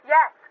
Yes